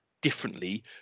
differently